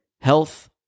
health